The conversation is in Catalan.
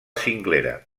cinglera